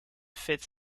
fifth